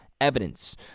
evidence